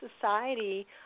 society